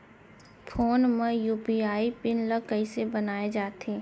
Phone म UPI PIN ल कइसे बनाये जाथे?